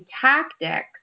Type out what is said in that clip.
tactics